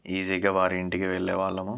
ఈజీగా వారి ఇంటికి వెళ్లే వాళ్ళము